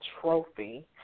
trophy